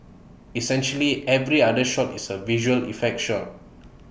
essentially every other shot is A visual effect shot